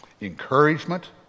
encouragement